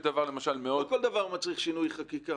לא כל דבר מצריך שינוי חקיקה.